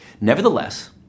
Nevertheless